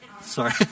Sorry